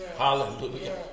Hallelujah